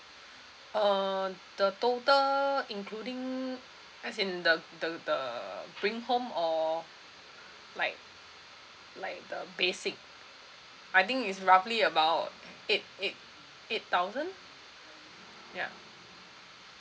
uh the total including as in the the the bring home or like like the basic I think is roughly about eight eight eight thousand ya